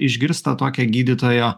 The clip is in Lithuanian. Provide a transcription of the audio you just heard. išgirsta tokią gydytojo